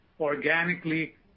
organically